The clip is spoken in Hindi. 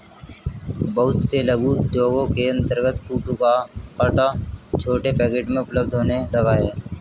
बहुत से लघु उद्योगों के अंतर्गत कूटू का आटा छोटे पैकेट में उपलब्ध होने लगा है